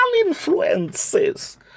influences